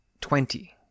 twenty